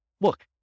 look